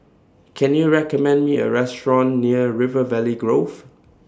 Can YOU recommend Me A Restaurant near River Valley Grove